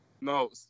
No